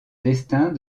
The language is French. destin